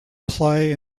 play